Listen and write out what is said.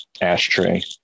ashtray